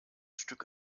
stück